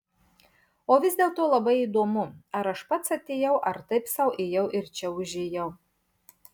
o vis dėlto labai įdomu ar aš pats atėjau ar taip sau ėjau ir čia užėjau